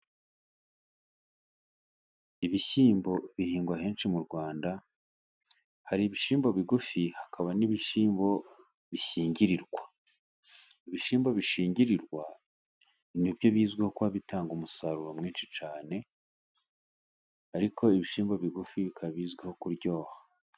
Ibishyimbo bihingwa henshi mu Rwanda. Hari ibishyimbo bigufi, hakaba n'ibishyimbo bishyingirirwa. Ibishyimbo bishingirirwa na byo bizwiho kuba bitanga umusaruro mwinshi cyane, ariko ibishyimbo bigufi bikaba bizwiho kuryoha.